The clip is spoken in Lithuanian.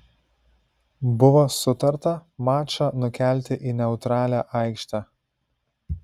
buvo sutarta mačą nukelti į neutralią aikštę